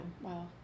wow